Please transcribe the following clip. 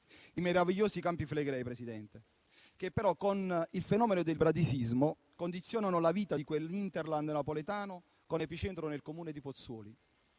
I meravigliosi Campi Flegrei, Presidente, che però con il fenomeno del bradisismo condizionano la vita dell'*hinterland* napoletano con epicentro nel comune di Pozzuoli.